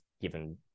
given